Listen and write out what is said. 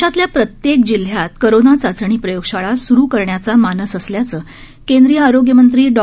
देशातल्या प्रत्येक जिल्ह्यात कोरोना चाचणी प्रयोगशाळा सुरू करण्याचा मानस असल्याचे केंद्रीय आरोग्यमंत्री डॉ